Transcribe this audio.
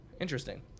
Interesting